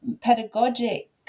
pedagogic